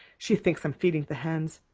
she thinks i'm feeding the hens.